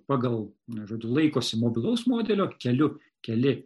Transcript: pagal na žodžiu laikosi mobilaus modelio keli keli